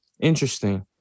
Interesting